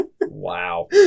Wow